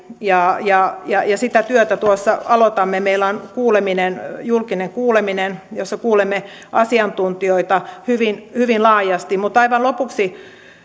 ja ja sitä työtä tuossa aloitamme meillä on julkinen kuuleminen jossa kuulemme asiantuntijoita hyvin hyvin laajasti mutta aivan lopuksi